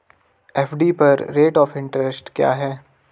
FD पर rate of interest क्या है?